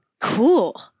cool